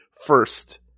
first